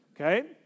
Okay